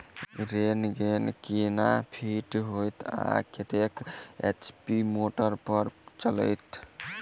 Rain gun केना fit हेतइ आ कतेक एच.पी मोटर पर चलतै?